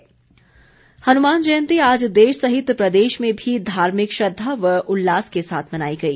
हनुमान जयंती हनुमान जयंती आज देश सहित प्रदेश में भी धार्मिक श्रद्वा व उल्लास के साथ मनाई गई